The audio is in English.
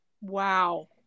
Wow